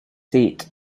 seat